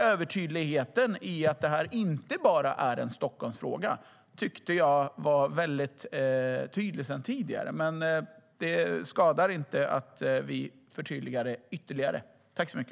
Övertydligheten i att det här inte bara är en Stockholmsfråga tyckte jag var väldigt tydlig sedan tidigare. Men det skadar inte att vi förtydligar det ytterligare.